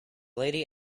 lady